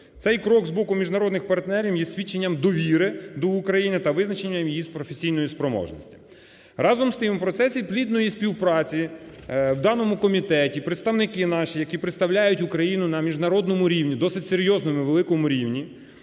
Цей крок з боку міжнародних партнерів є свідченням довіри до України та визначенням її професійної спроможності. Разом з тим, в процесі плідної співпраці в даному комітеті представники наші, які представляють Україну на міжнародному рівні, досить серйозному великому рівні.